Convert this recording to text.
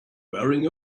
wearing